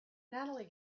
natalie